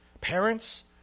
parents